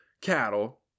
cattle